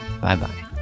Bye-bye